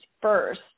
first